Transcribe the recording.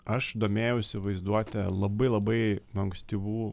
aš domėjausi vaizduote labai labai nuo ankstyvų